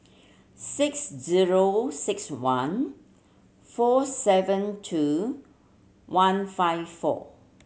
six zero six one four seven two one five four